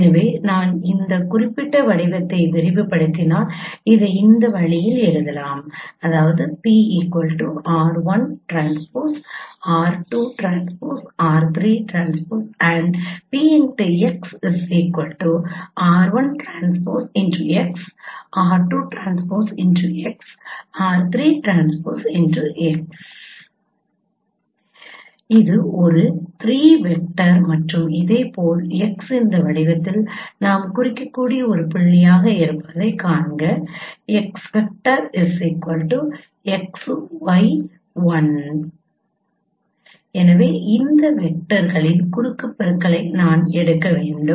எனவே நான் இந்த குறிப்பிட்ட வடிவத்தை விரிவுபடுத்தினால் இதை இந்த வழியில் எழுதலாம் இது ஒரு 3 வெக்டர் மற்றும் இதேபோல் x இந்த வடிவத்தில் நாம் குறிக்கக்கூடிய ஒரு புள்ளியாக இருப்பதைக் காண்க எனவே இந்த வெக்டர்களின் குறுக்கு பெருக்களை நான் எடுக்க வேண்டும்